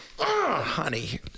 honey